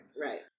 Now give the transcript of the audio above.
Right